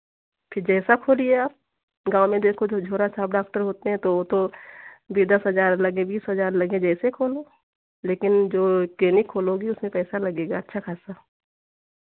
फिर जैसा खोलिए आप गाँव में देखो तो झोला छाप डॉक्टर होते हैं तो वो तो बीस दस हज़ार लगे बीस हज़ार लगे जैसे खोलो लेकिन जो क्लिनिक खोलोगी उसमें पैसा लगेगा अच्छा खासा